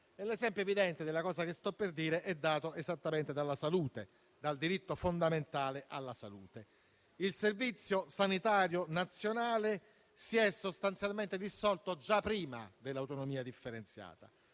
L'esempio evidente di ciò che sto per dire è dato esattamente dal diritto fondamentale alla salute. Il Servizio sanitario nazionale si è sostanzialmente dissolto già prima dell'autonomia differenziata,